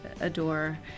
adore